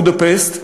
בודפשט,